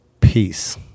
peace